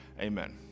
Amen